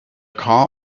car